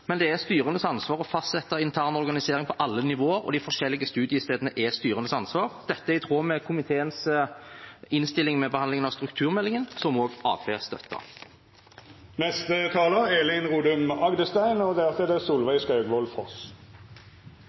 men det er styrenes ansvar å fastsette intern organisering på alle nivåer, og de forskjellige studiestedene er styrenes ansvar. Dette er i tråd med komiteens innstilling til behandlingen av strukturmeldingen, som